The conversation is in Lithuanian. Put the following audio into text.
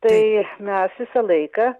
tai mes visą laiką